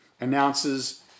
announces